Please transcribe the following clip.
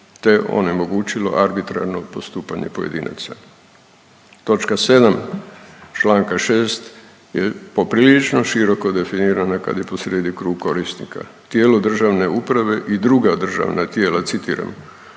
te onemogućilo arbitrarno postupanje pojedinaca. Toč.7 čl. 6 je poprilično široko definirana kad je posrijedi krug korisnika. Tijelo državne uprave i druga državna tijela, citiram,